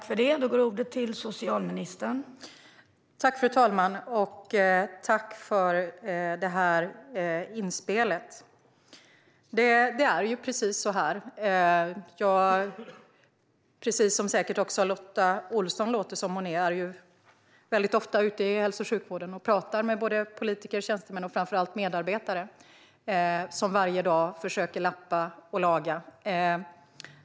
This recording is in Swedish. Fru talman! Tack för inspelet! Det är precis så här. Precis som Lotta Olsson är jag väldigt ofta ute i hälso och sjukvården och pratar med politiker, tjänstemän och framför allt medarbetare. De försöker varje dag att lappa och laga.